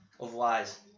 otherwise